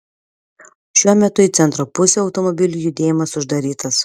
šiuo metu į centro pusę automobilių judėjimas uždarytas